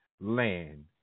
Land